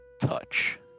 touch